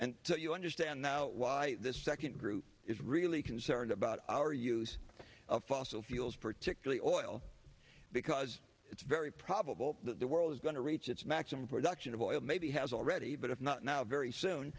and you understand now why this second group is really concerned about our use of fossil fuels particularly oil because it's very probable that the world is going to reach its maximum production of oil maybe has already but if not now very soon